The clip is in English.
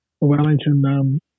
Wellington